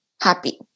happy